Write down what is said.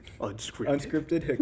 Unscripted